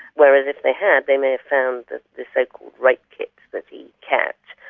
whereas if they had they may have found the the so-called rape kit that he kept.